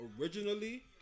Originally